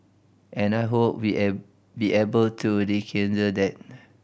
and I hope we'll be able to rekindle that